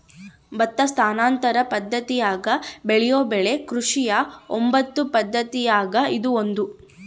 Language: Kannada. ಭತ್ತ ಸ್ಥಾನಾಂತರ ಪದ್ದತಿಯಾಗ ಬೆಳೆಯೋ ಬೆಳೆ ಕೃಷಿಯ ಒಂಬತ್ತು ಪದ್ದತಿಯಾಗ ಇದು ಒಂದು